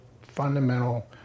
fundamental